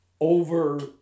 over